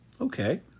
okay